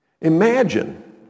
Imagine